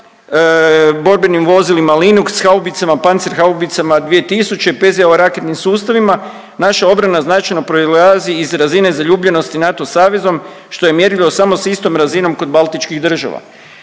borbenim vozilima Linux, haubicama, pancir haubicama 2000, PZO raketnim sustavima, naša obrana značajno proizlazi iz razine zaljubljenosti NATO savezom, što je mjerljivo samo s istom razinom kod baltičkih država.